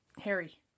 Harry